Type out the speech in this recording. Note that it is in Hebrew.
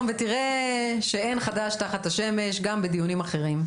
ואתה תראה שאין חדש תחת השמש גם בדיונים אחרים.